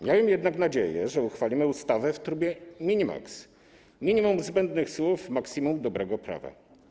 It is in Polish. Miałem jednak nadzieję, że uchwalimy ustawę w trybie mini-max - minimum zbędnych słów, maksimum dobrego prawa.